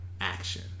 action